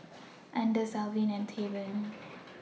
Anders Alvin and Tavon